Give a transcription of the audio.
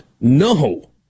No